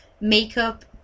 makeup